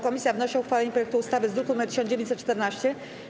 Komisja wnosi o uchwalenie projektu ustawy z druku nr 1914.